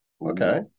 Okay